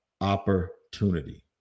opportunity